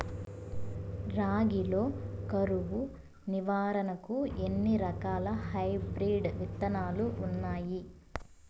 రాగి లో కరువు నివారణకు ఎన్ని రకాల హైబ్రిడ్ విత్తనాలు ఉన్నాయి